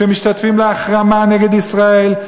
משתתפים בהחרמה של ישראל,